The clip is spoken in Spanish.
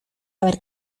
haber